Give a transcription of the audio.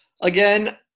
Again